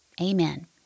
Amen